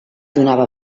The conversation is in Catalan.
donava